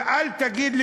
ואל תגיד לי,